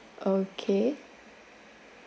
okay